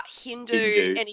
Hindu